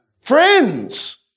friends